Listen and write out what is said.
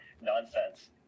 nonsense